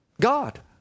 God